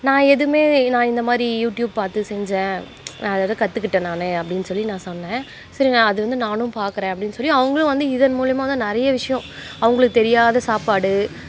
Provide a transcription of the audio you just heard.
நான் எதுவுமே நான் இந்த மாதிரி யூடியூப் பார்த்து செஞ்சேன் அதுலேருந்து கற்றுக்கிட்டேன் நான் அப்படின்னு சொல்லி நான் சொன்னேன் சரி நான் அது வந்து நானும் பார்க்குறேன் அப்படின்னு சொல்லி அவங்களும் வந்து இதன் மூலிமா வந்து நிறைய விஷயம் அவங்களுக்கு தெரியாத சாப்பாடு